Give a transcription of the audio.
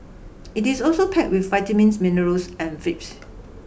it is also packed with vitamins minerals and